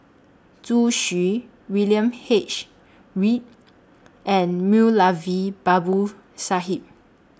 Zhu Xu William H Read and Moulavi Babu Sahib